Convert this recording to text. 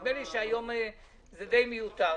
נדמה לי שהיום זה די מיותר.